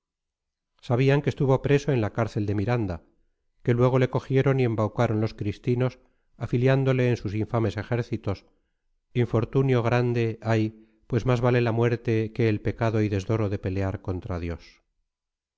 sabían que estuvo preso en la cárcel de miranda que luego le cogieron y embaucaron los cristinos afiliándole en sus infames ejércitos infortunio grande ay pues más vale la muerte que el pecado y desdoro de pelear contra dios